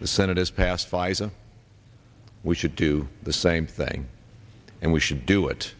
the senate has passed fison we should do the same thing and we should do it